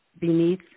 beneath